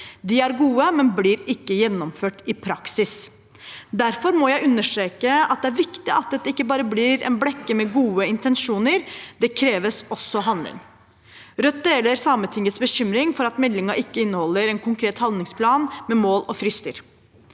er gode, men ikke blir gjennomført i praksis. Derfor må jeg understreke at det er viktig at dette ikke bare blir en blekke med gode intensjoner. Det kreves også handling. Rødt deler Sametingets bekymring over at meldingen ikke inneholder en konkret handlingsplan med mål og frister.